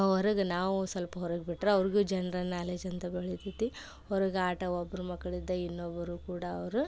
ಹೊರಗೆ ನಾವು ಸ್ವಲ್ಪ ಹೊರಗೆ ಬಿಟ್ಟರೆ ಅವ್ರಿಗು ಜನ್ರಲ್ ನಾಲೇಜ್ ಅಂತ ಬೆಳೀತೈತಿ ಹೊರಗೆ ಆಟ ಒಬ್ಬರು ಮಕ್ಳಿಂದ ಇನ್ನೊಬ್ಬರು ಕೂಡ ಅವರು